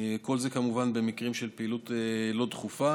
כל זה כמובן במקרים של פעילות לא דחופה